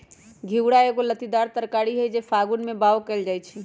घिउरा एगो लत्तीदार तरकारी हई जे फागुन में बाओ कएल जाइ छइ